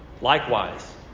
Likewise